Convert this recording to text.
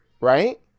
right